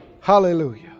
Hallelujah